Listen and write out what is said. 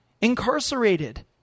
incarcerated